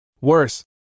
Worse